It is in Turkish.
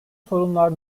sorunlar